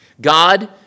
God